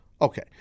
Okay